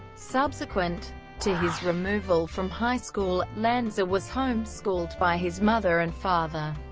subsequent to his removal from high school, lanza was home-schooled by his mother and father,